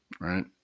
Right